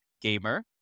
gamer